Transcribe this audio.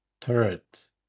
turret